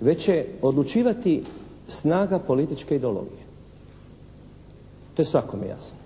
već će odlučivati snaga političke ideologije, to je svakom jasno.